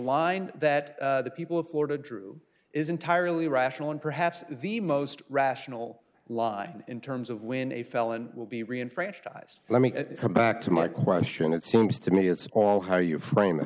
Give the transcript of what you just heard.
line that the people of florida drew is entirely rational and perhaps the most rational line in terms of when a felon will be re enfranchise let me come back to my question it seems to me it's all how you frame it